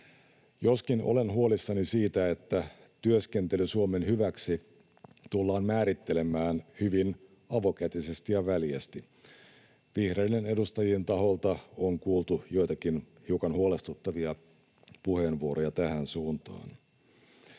joskin olen huolissani siitä, että työskentely Suomen hyväksi tullaan määrittelemään hyvin avokätisesti ja väljästi. Vihreiden edustajien taholta on kuultu joitakin hiukan huolestuttavia puheenvuoroja tähän suuntaan.